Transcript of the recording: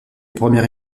premières